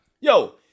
yo